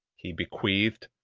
he bequeathed,